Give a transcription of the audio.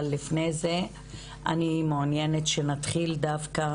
לפני זה אני מעוניינת שנתחיל דווקא